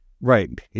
Right